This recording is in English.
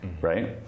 right